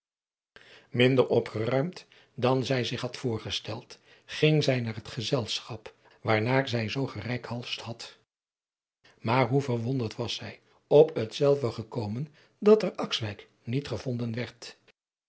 minder opgeruimd dan zij zich had voorgesteld ging zij naar het gezelschap waarnaar zij zoo gereikhalsd had maar hoe verwonderd was zij op hetzelve gekomen dat er akswijk niet gevonden werd